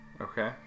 Okay